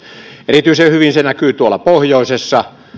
erityisen hyvin se näkyy tuolla pohjoisessa